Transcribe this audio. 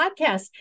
podcast